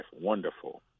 Wonderful